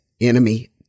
enemy